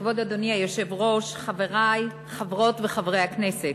כבוד אדוני היושב-ראש, חברי חברות וחברי הכנסת,